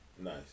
Nice